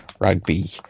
Rugby